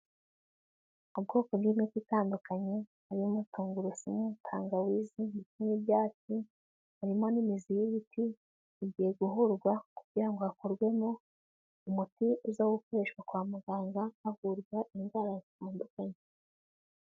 Ubwoko bw'imiti itandukanye harimo tungurusumu, tangawizi, n'ibyatsi. Harimo n'imizi y'ibiti bigiye guhurwa kugira ngo hakorwemo umuti uza gukoreshwa kwa muganga havurwa indwara zitandukanye.